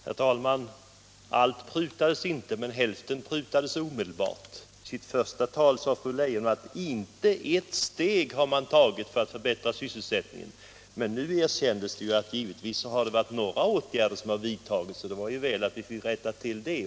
Herr talman! Allt prutades inte men hälften prutades omedelbart. I sitt första anförande sade fru Leijon att regeringen inte hade tagit ett enda steg för att förbättra sysselsättningen. Nu erkänner hon att några åtgärder givetvis har vidtagits. Det var ju väl att vi fick det erkännandet.